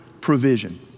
provision